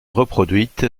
reproduite